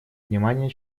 внимание